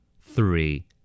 three